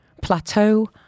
plateau